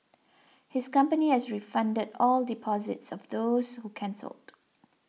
his company has refunded all deposits of those who cancelled